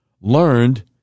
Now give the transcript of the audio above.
learned